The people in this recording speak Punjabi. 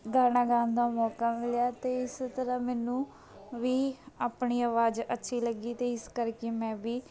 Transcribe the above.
ਗਾਣਾ ਗਾਉਣ ਦਾ ਮੌਕਾ ਮਿਲਿਆ ਅਤੇ ਇਸ ਤਰ੍ਹਾਂ ਮੈਨੂੰ ਵੀ ਆਪਣੀ ਆਵਾਜ਼ ਅੱਛੀ ਲੱਗੀ ਅਤੇ ਇਸ ਕਰਕੇ ਮੈਂ ਵੀ